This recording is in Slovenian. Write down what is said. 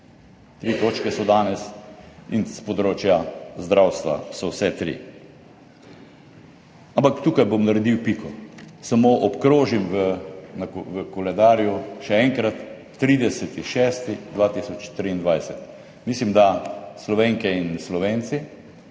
Tri točke so danes in s področja zdravstva so vse tri. Ampak tukaj bom naredil piko. Samo obkrožim na koledarju, še enkrat, 30. 6. 2023. Mislim, da Slovenke in Slovenci,